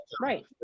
right